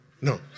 no